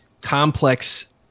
complex